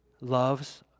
loves